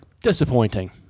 disappointing